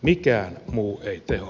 mikään muu ei tehoa